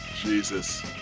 Jesus